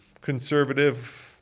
conservative-